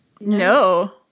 No